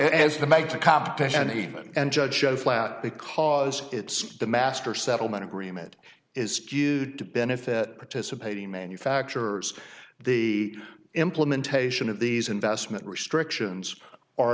even and judge show flat because it's the master settlement agreement is skewed to benefit participating manufacturers the implementation of these investment restrictions or